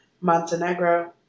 Montenegro